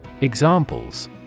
Examples